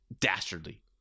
dastardly